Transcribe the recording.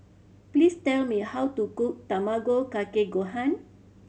please tell me how to cook Tamago Kake Gohan